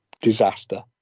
disaster